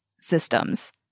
systems